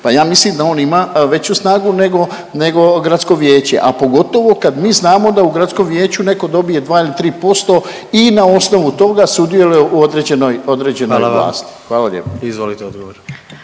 pa ja mislim da on ima veću snagu nego gradsko vijeće, a pogotovo kad mi znamo da u gradskom vijeću netko dobije dva ili tri posto i na osnovu toga sudjeluje u određenoj vlasti. Hvala lijepo. **Jandroković,